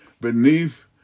beneath